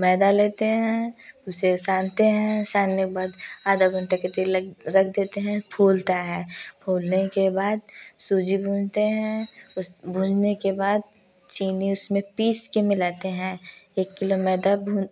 मैदा लेते हैं उसे सानते हैं सानने के बाद आधा घंटा के तलक रख देते हैं फूलता है फूलने के बाद सूजी भूनते हैं उस भूनने के बाद चीनी उसमें पिस कर मिलाते हैं एक किलो मैदा भून